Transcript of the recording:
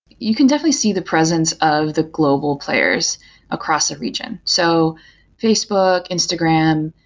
you can definitely see the presence of the global players across the region. so facebook, instagram,